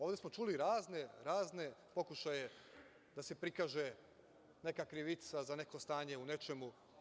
Ovde smo čuli razne pokušaje da se prikaže neka krivica za neko stanje u nečemu.